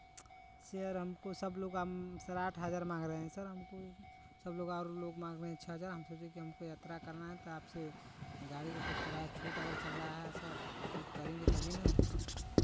share हमको सब लोग का साढ़े आठ हज़ार मांग रहे है सर हमको सब लोग और लोग मांग रहे है छः हज़ार हम सोचे कि हमको यात्रा करना है तो आपसे गाड़ी का कुछ किराया छूट अगर चल रहा है सर तो छूट करेंगे तभी ना